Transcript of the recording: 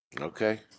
Okay